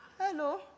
Hello